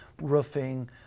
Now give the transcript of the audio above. roofing